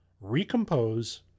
recompose